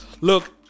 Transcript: Look